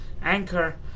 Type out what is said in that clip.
Anchor